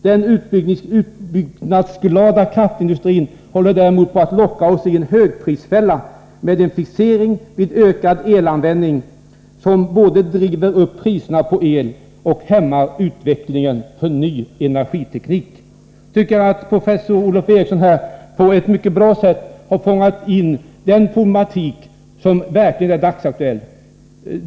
Den utbyggnadsglada kraftindustrin håller däremot på att locka oss i en högprisfälla med sin fixering vid ökad elanvändning som både driver upp priserna på el och hämmar utveckling av ny energiteknik.” Jag tycker att professor Olof Eriksson på ett mycket bra sätt har fångat in den problematik som verkligen är dagsaktuell.